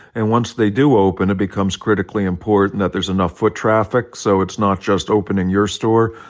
and once they do open it becomes critically important that there's enough foot traffic. so it's not just opening your store,